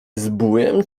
zbójem